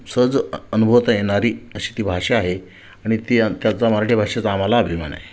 सहज अनुभवता येणारी अशी ती भाषा आहे आणि ती आणि त्याचा मराठी भाषेचा आम्हाला अभिमान आहे